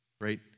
right